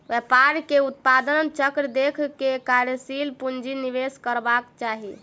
व्यापार के उत्पादन चक्र देख के कार्यशील पूंजी निवेश करबाक चाही